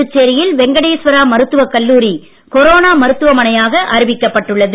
புதுச்சேரியில் வெங்கடேஸ்வரா மருத்தவக் கல்லூரி கொரோனா மருத்துவமனையாக அறிவிக்கப்பட்டுள்ளது